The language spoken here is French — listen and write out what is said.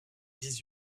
dix